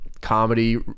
comedy